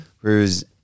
Whereas